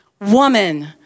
woman